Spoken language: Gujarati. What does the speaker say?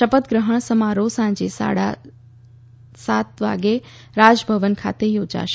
શપથગ્રહણ સમારોહ સાંજે સાડા સાત વાગ્યે રાજભવન ખાતે યોજાશે